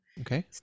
Okay